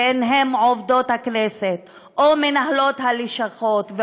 ביניהן עובדות הכנסת ומנהלות הלשכות,